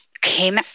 came